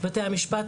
בתי המשפט,